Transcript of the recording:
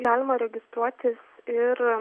galima registruotis ir